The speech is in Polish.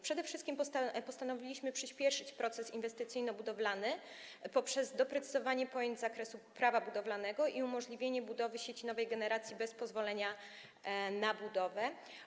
Przede wszystkim postanowiliśmy przyspieszyć proces inwestycyjno-budowlany poprzez doprecyzowanie pojęć z zakresu prawa budowlanego i umożliwienie budowy sieci nowej generacji bez pozwolenia na budowę.